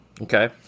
Okay